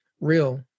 real